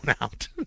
out